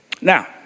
Now